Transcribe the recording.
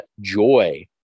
Joy